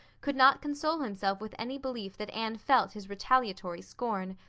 could not console himself with any belief that anne felt his retaliatory scorn.